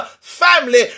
family